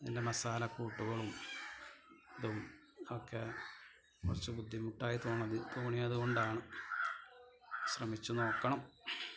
അതിൻ്റെ മസാലക്കൂട്ടുകളും അതും ഒക്കെ കുറച്ച് ബുദ്ധിമുട്ടായിത്തോന്നി തോന്നിയതു കൊണ്ടാണ് ശ്രമിച്ചു നോക്കണം